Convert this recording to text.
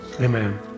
amen